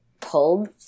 pulled